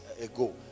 ago